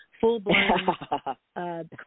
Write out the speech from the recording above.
full-blown